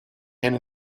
and